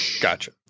Gotcha